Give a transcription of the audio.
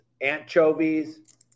anchovies